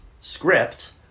script